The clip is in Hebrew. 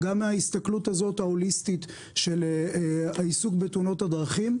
מההסתכלות הזאת ההוליסטית של העיסוק בתאונות הדרכים.